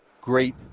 great